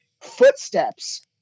Footsteps